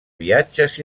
viatges